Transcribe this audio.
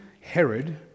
Herod